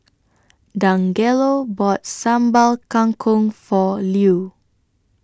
Dangelo bought Sambal Kangkong For Lew